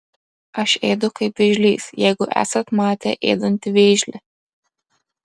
aš ėdu kaip vėžlys jeigu esat matę ėdantį vėžlį